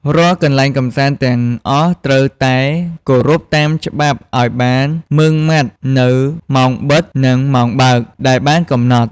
រាល់កន្លែងកម្សាន្តទាំងអស់ត្រូវតែគោរពតាមច្បាប់ឱ្យបានម៉ឺងម៉ាត់នូវ ម៉ោងបិទ និងម៉ោងបើក ដែលបានកំណត់។